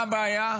מה הבעיה?